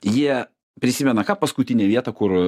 jie prisimena ką paskutinę vietą kur